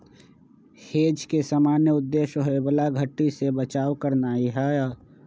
hedge के सामान्य उद्देश्य होयबला घट्टी से बचाव करनाइ हइ